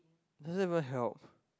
does it even help